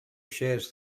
shares